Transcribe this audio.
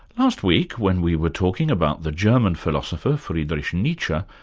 last week, when we were talking about the german philosopher friedrich nietzsche,